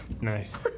Nice